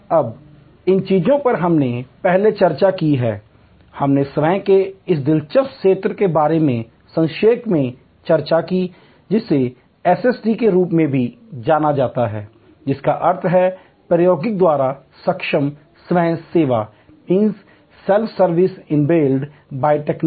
अब इन चीजों पर हमने पहले चर्चा की है हमने स्वयं सेवा के इस दिलचस्प क्षेत्र के बारे में संक्षेप में चर्चा की जिसे एसएसटी के रूप में भी जाना जाता है जिसका अर्थ है प्रौद्योगिकी द्वारा सक्षम स्वयं सेवा Self Service enabled by Technology SST